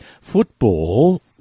football